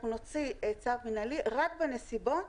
אנחנו נוציא צו מינהלי רק בנסיבות